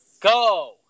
Go